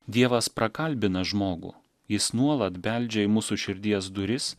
dievas prakalbina žmogų jis nuolat beldžia į mūsų širdies duris